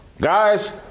guys